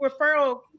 referral